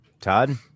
todd